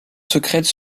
secrète